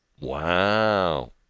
Wow